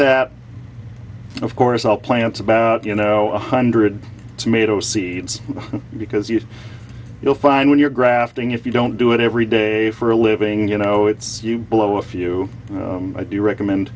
that of course i'll plant about you know a one hundred tomato seeds because you will find when you're grafting if you don't do it every day for a living you know it's you blow a few i do recommend